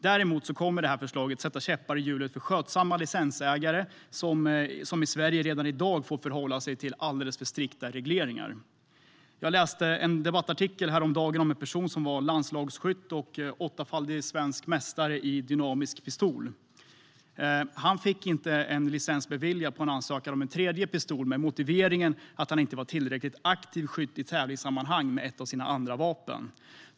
Däremot kommer detta förslag att sätta käppar i hjulet för skötsamma personer med vapenlicens som i Sverige redan i dag får förhålla sig till alldeles för strikta regleringar. Jag läste en debattartikel häromdagen om en person som var landslagsskytt och åttafaldig svensk mästare i dynamisk pistol. Han fick inte sin ansökan om licens för en tredje pistol beviljad med motiveringen att han inte var en tillräckligt aktiv skytt i tävlingssammanhang med ett av sina andra vapen.